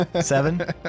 Seven